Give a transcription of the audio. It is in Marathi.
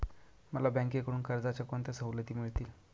मला बँकेकडून कर्जाच्या कोणत्या सवलती मिळतील?